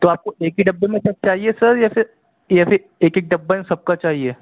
تو آپ کو ایک ہی ڈبے میں سب چاہیے سر یا پھر یا پھر ایک ایک ڈبہ سب کا چاہیے